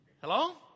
Hello